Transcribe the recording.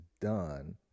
done